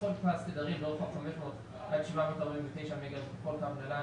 לכל פס תדרים ברוחב 500 עד 749 מגה-הרץ בכל קו נל"ן,